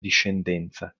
discendenza